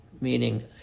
meaning